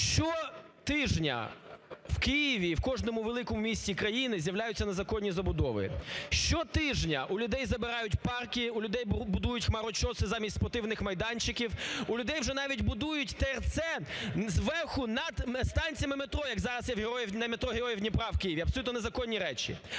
Щотижня в Києві і в кожному великому місті країни з'являються незаконні забудови, щотижня у людей забирають парки у людей будують хмарочоси замість спортивних майданчиків, у людей вже навіть будуть ТРЦ зверху над станціями метро, як зараз над метро "Героїв Дніпра" в Києві, абсолютно незаконні речі.